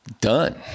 done